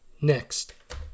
next